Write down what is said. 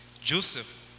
Joseph